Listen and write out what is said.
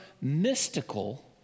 mystical